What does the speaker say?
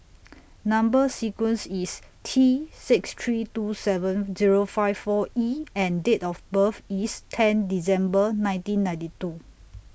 Number sequence IS T six three two seven Zero five four E and Date of birth IS ten December nineteen ninety two